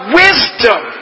wisdom